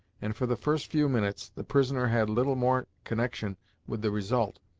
and, for the first few minutes, the prisoner had little more connection with the result,